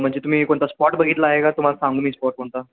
म्हणजे तुम्ही कोणता स्पॉट बघितला आहे का तुम्हाला सांगू मी स्पॉट कोणता